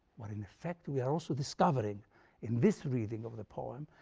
but in effect we are also discovering in this reading of the poem,